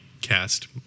cast